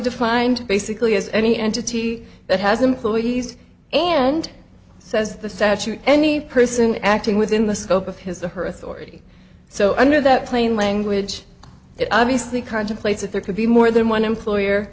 defined basically as any entity that has employees and says the statute any person acting within the scope of his or her authority so under that plain language it obviously contemplates that there could be more than one employer